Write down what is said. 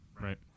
Right